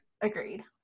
Agreed